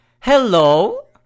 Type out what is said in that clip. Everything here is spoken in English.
hello